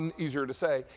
and easier to say.